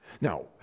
Now